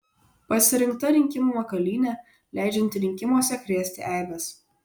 pasirinkta rinkimų makalynė leidžianti rinkimuose krėsti eibes